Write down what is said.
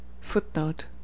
FOOTNOTE